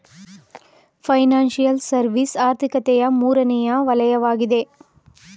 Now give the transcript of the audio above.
financial service ಆರ್ಥಿಕತೆಯ ಮೂರನೇ ವಲಯವಗಿದೆ